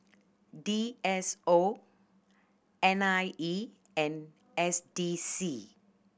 D S O N I E and S D C